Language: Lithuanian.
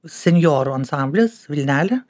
senjorų ansamblis vilnelė